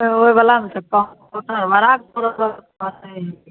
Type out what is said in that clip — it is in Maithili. छै ओहिबलामे से पाहुन ओत्तऽ बड़ाग हमरा पास नहि हिकै